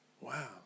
Wow